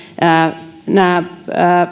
tiukennetaan nämä